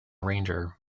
arranger